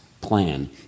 plan